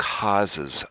causes